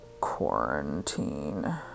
quarantine